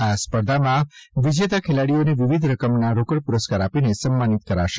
આ સ્પર્ધાઓમાં વિજેતા ખેલાડીઓને વિવિધ રકમના રોકડ પુરસ્કાર આપીને સન્માનિત કરાશે